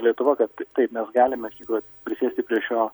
lietuva kad taip mes galime iš tikrųjų prisėsti prie šio